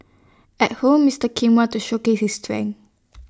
at home Mister Kim want to showcase his strength